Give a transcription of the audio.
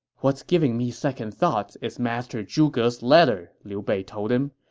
what's giving me second thoughts is master zhuge's letter, liu bei told him.